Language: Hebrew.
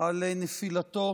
על נפילתו